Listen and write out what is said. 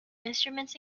instruments